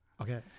okay